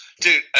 Dude